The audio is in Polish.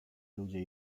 ludzie